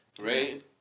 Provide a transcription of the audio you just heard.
right